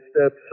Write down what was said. steps